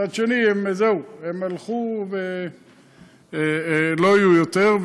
מצד שני, זהו, הם הלכו ולא יהיו יותר.